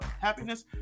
happiness